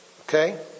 Okay